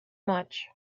much